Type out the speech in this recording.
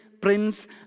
prince